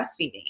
breastfeeding